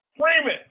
Freeman